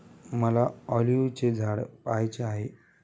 मला ऑलिव्हचे झाड पहायचे आहे